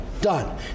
Done